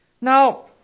Now